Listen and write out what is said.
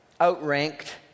outranked